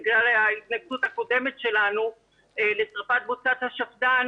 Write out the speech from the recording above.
בגלל ההתנגדות הקודמת שלנו לשריפת בוצת השפדן,